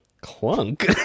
clunk